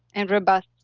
and robust,